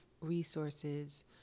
resources